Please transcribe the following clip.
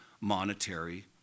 monetary